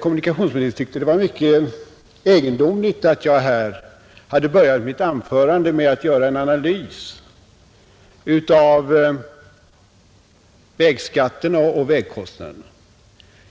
Kommunikationsministern tyckte det var mycket egendomligt att jag hade börjat mitt anförande med att göra en analys av bilskatterna och vägkostnaderna.